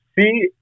See